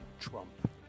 Trump